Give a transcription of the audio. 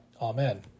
Amen